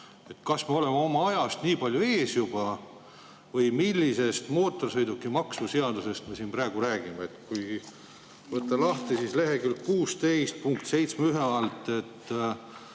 Kas me oleme oma ajast nii palju ees või millisest mootorsõidukimaksu seadusest me siin praegu räägime? Kui võtta lahti lehekülg 16,